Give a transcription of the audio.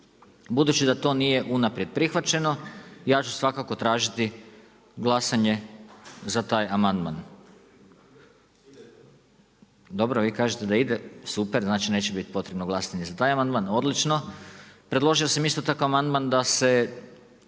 Budući da to nije unaprijed prihvaćeno, ja ću svakako tražiti glasanje za taj amandman. Dobro, vi kažete da ide, super znači neće biti potrebno glasanje za taj amandman, odlično. Predložio sam isto tako amandman da se